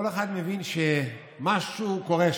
כל אחד מבין שמשהו קורה שם,